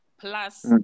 Plus